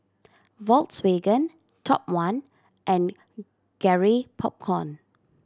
Volkswagen Top One and Garrett Popcorn